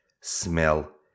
smell